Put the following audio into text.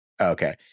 Okay